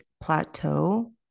plateau